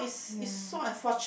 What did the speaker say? ya